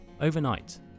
overnight